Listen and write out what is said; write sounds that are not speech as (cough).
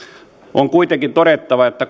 on kuitenkin todettava että (unintelligible)